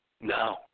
No